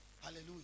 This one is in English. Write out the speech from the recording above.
Hallelujah